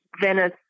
Venice